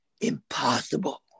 impossible